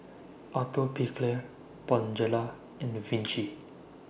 Atopiclair Bonjela in The Vichy